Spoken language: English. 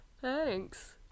Thanks